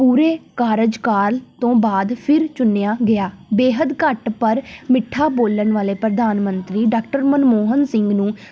ਪੂਰੇ ਕਾਰਜ ਕਾਲ ਤੋਂ ਬਾਅਦ ਫਿਰ ਚੁਣਿਆ ਗਿਆ ਬੇਹੱਦ ਘੱਟ ਪਰ ਮਿੱਠਾ ਬੋਲਣ ਵਾਲੇ ਪ੍ਰਧਾਨ ਮੰਤਰੀ ਡਾਕਟਰ ਮਨਮੋਹਨ ਸਿੰਘ ਨੂੰ